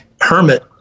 hermit